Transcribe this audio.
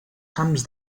camps